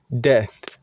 death